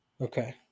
okay